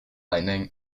lightning